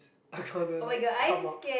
gonna like come up